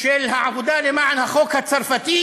של העבודה למען החוק הצרפתי,